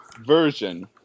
version